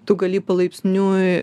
tu gali palaipsniui